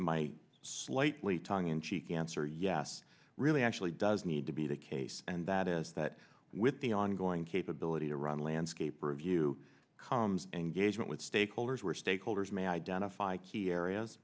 my slightly tongue in cheek answer yes really actually does need to be the case and that is that with the ongoing capability to run landscape or view comes engagement with stakeholders we're stakeholders may identify key areas